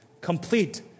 complete